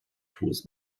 hohes